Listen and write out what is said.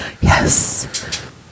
Yes